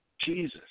Jesus